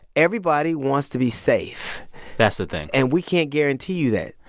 everybody wants to be safe that's the thing and we can't guarantee you that.